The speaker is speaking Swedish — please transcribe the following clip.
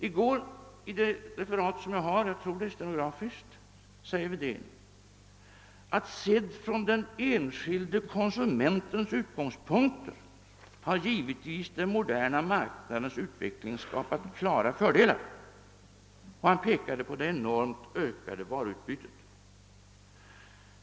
I går sade herr Wedén, enligt det referat som jag har — jag tror det är stenografiskt — att sett från den enskilde konsumentens utgångspunkter har givetvis den moderna marknadens utveckling skapat klara fördelar, och han pekade på det enormt ökade varuutbytet.